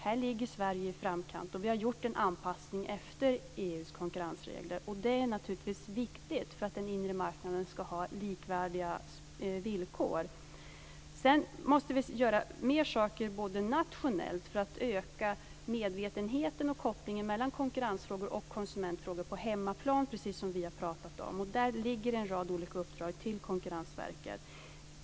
Här ligger Sverige i framkant, och vi har gjort en anpassning efter EU:s konkurrensregler. Det är naturligtvis viktigt för att den inre marknaden ska ha likvärdiga villkor. Sedan måste vi göra mer saker nationellt för att öka medvetenheten och kopplingen mellan konkurrensfrågor och konsumentfrågor på hemmaplan, precis som vi har pratat om. Där ligger en rad olika uppdrag till Konkurrensverket.